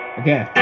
okay